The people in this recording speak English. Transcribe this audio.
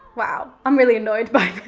wow, i'm really annoyed by